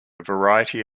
variety